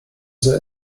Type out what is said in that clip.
they